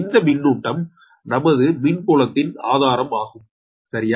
இந்த மின்னூட்டம் நமது மின்புலத்தின் ஆதாரம் ஆகும் சரியா